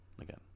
again